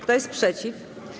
Kto jest przeciw?